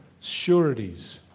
sureties